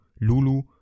Lulu